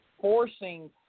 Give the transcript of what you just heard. forcing